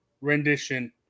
rendition